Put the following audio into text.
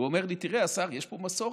והוא אומר לי: תראה, השר, יש פה מסורת: